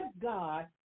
God